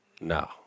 No